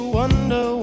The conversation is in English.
wonder